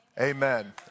amen